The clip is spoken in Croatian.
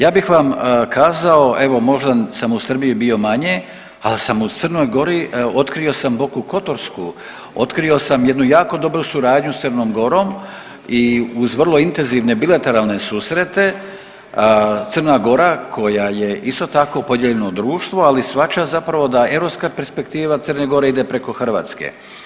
Ja bih vam kazao evo možda sam u Srbiji bio manje, ali sam u Crnoj Gori otkrio sam Boku Kotorsku, otkrio sam jednu jako dobru suradnju s Crnom Gorom i uz vrlo intenzivne bilateralne susrete Crna Gora koja je isto tako podijeljeno društvo ali shvaća zapravo da europska perspektiva Crne Gore ide preko Hrvatske.